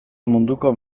munduko